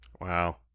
Wow